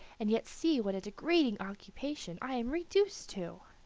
and yet see what a degrading occupation i am reduced to.